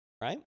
right